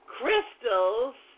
crystals